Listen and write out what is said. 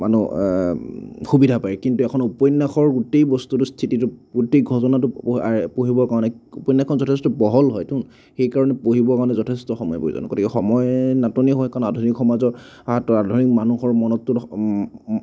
সুবিধা পায় কিন্তু এখন উপন্যাসৰ গোটেই বস্তুটো স্থিতিটো গোটেই ঘটনাটো পঢ়িবৰ কাৰণে উপন্যাসখন যথেষ্ট বহল হয়তো সেই কাৰণে পঢ়িবৰ কাৰণে যথেষ্ট সময়ৰ প্ৰয়োজন হয় গতিকে সময়ৰ নাটনি হয় কাৰণ আধুনিক সমাজৰ আধুনিক মানুহৰ মনততো